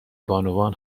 بانوان